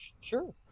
Sure